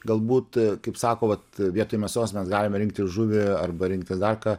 galbūt kaip sako vat vietoj mėsos mes galime rinktis žuvį arba rinktis dar ką